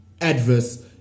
adverse